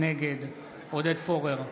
נגד עודד פורר,